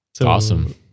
awesome